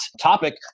topic